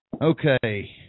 Okay